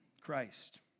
Christ